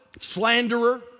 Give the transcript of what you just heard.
slanderer